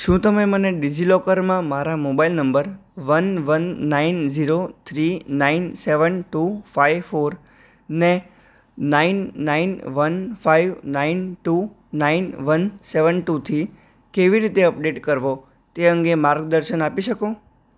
શું તમે મને ડિજિલોકરમાં મારા mobile number one one nine zero three nine seven two five four ને nine nine one five nine two nine one seven two થી કેવી રીતે અપડેટ કરવો તે અંગે માર્ગદર્શન આપી શકો